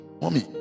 mommy